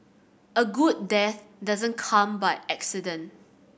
a good death doesn't come by accident